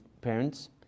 parents